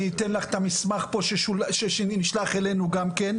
אני אתן לך המסמך שנשלח אלינו גם כן.